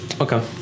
Okay